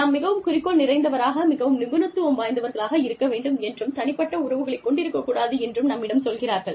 நாம் மிகவும் குறிக்கோள் நிறைந்தவராக மிகவும் நிபுணத்துவம் வாய்ந்தவர்களாக இருக்க வேண்டும் என்றும் தனிப்பட்ட உறவுகளைக் கொண்டிருக்கக் கூடாது என்றும் நம்மிடம் சொல்கிறார்கள்